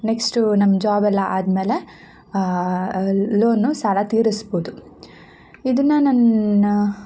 next ನಮ್ಮ ಜಾಬೆಲ್ಲ ಆದಮೇಲೆ ಲೋನು ಸಾಲ ತೀರಸ್ಬೌದು ಇದು ನನ್ನ